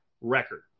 record